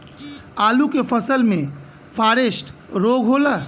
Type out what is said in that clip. आलू के फसल मे फारेस्ट रोग होला?